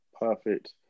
Perfect